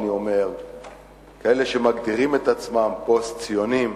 כאלה שמגדירים את עצמם פוסט-ציונים,